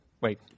wait